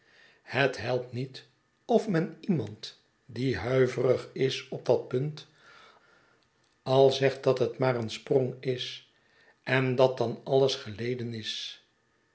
het helpt niet of men iemand die huiverig is op dat punt al zegt dat het maar een sprong en dat dan alles geleden is